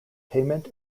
payment